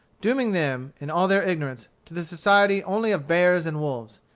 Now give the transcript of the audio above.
dooming them, in all their ignorance, to the society only of bears and wolves.